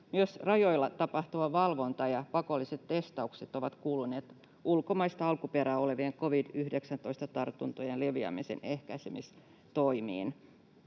myös rajoilla tapahtuva valvonta ja pakolliset testaukset ovat kuuluneet ulkomaista alkuperää olevien covid-19-tartuntojen leviämisen ehkäisemistoimiin.